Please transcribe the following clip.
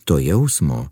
to jausmo